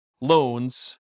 loans